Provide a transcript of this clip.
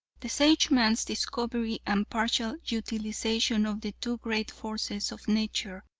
the sageman's discovery and partial utilization of the two great forces of nature,